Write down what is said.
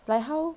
like how